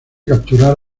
capturar